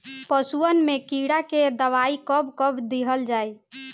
पशुअन मैं कीड़ा के दवाई कब कब दिहल जाई?